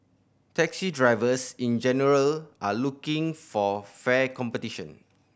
taxi drivers in general are looking for fair competition